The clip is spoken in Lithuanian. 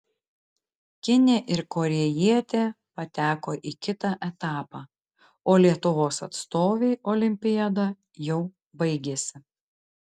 kinė ir korėjietė pateko į kitą etapą o lietuvos atstovei olimpiada jau baigėsi